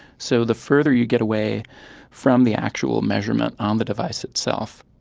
so the further you get away from the actual measurement on the device itself,